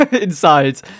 inside